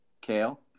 kale